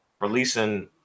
releasing